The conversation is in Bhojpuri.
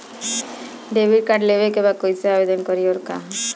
डेबिट कार्ड लेवे के बा कइसे आवेदन करी अउर कहाँ?